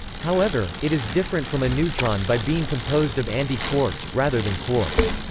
however, it is different from a neutron by being composed of anti-quarks, rather than quarks.